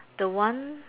the one